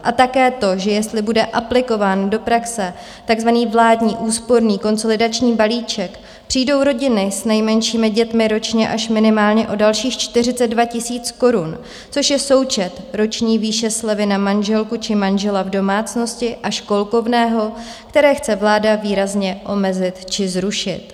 A také to, že jestli bude aplikován do praxe takzvaný vládní úsporný konsolidační balíček, přijdou rodiny s nejmenšími dětmi ročně až minimálně o dalších 42 000 korun, což je součet roční výše slevy na manželku či manžela v domácnosti a školkovného, které chce vláda výrazně omezit či zrušit.